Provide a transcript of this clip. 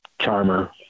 charmer